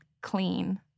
clean